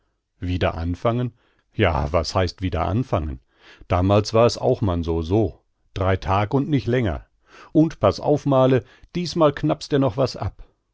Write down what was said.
wieder anfangen ja was heißt wieder anfangen damals war es auch man so so drei tag und nich länger und paß auf male diesmal knappst er noch was ab